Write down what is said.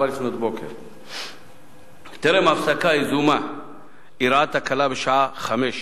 04:00. טרם ההפסקה היזומה אירעה תקלה בשעה 17:00,